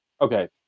okay